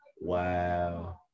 Wow